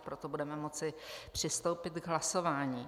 Proto budeme moci přistoupit k hlasování.